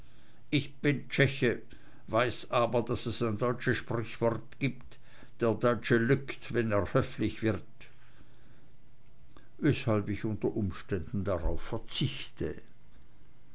ich bin tscheche weiß aber daß es ein deutsches sprichwort gibt der deutsche lüggt wenn er höfflich wird weshalb ich unter umständen darauf verzichte